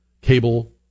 cable